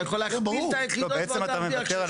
אתה יכול להכפיל את היחידות --- בעצם אתה מוותר על